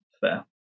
Fair